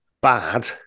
bad